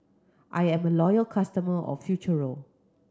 I'm a loyal customer of Futuro